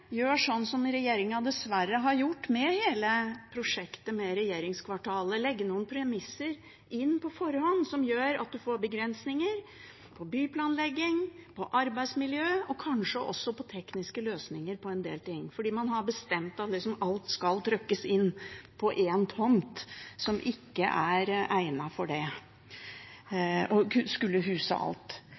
gjør slik som regjeringen dessverre har gjort med hele prosjektet i regjeringskvartalet: lagt noen premisser på forhånd som gjør at en får begrensninger på byplanlegging, arbeidsmiljø og kanskje også på tekniske løsninger, fordi man har bestemt at alt skal trykkes inn på en tomt som ikke er egnet for det, og som skal huse alt.